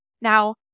Now